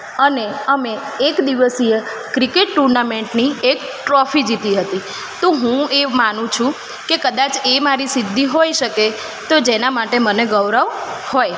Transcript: અને અમે એક દિવસીય ક્રિકેટ ટુર્નામેન્ટની એક ટ્રોફી જીતી હતી તો હું એ માનું છું કે ક્દાચ એ મારી સિદ્ધિ હોઇ શકે તો જેનાં માટે મને ગૌરવ હોય